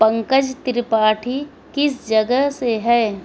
پنکج ترپاٹھی کس جگہ سے ہے